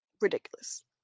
ridiculous